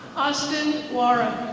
austin lara.